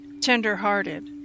tender-hearted